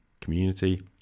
community